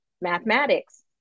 mathematics